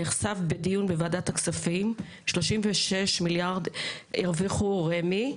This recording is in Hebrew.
נחשף דיון בוועדת הכספים 36 מיליארד הרוויחו רמ"י.